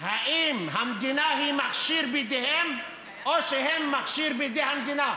האם המדינה היא מכשיר בידיהם או שהם מכשיר בידי המדינה?